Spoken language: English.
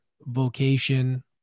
vocation